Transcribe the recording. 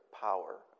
power